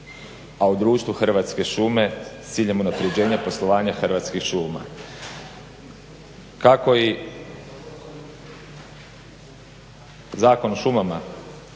a u društvu Hrvatske šume s ciljem unapređenja poslovanja Hrvatskih šuma. Kako i Zakon o šumama,